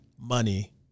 money